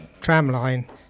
tramline